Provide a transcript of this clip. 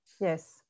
yes